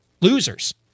Losers